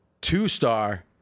Two-star